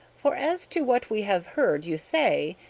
for as to what we have heard you say,